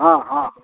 हॅं हॅं